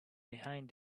behind